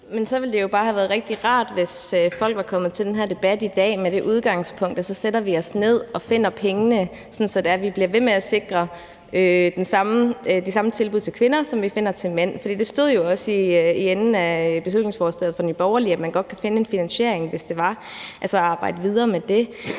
(DD): Men så ville det jo bare have været rigtig rart, hvis folk var kommet til den her debat i dag med det udgangspunkt, at så sætter vi os ned og finder pengene, sådan at vi bliver ved med at sikre, at der er de samme tilbud til kvinder, som vi finder til mænd. For det stod jo også i slutningen af beslutningsforslaget fra Nye Borgerlige, at man godt kunne finde en finansiering, hvis det var, og altså arbejde videre med det.